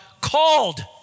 called